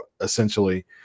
essentially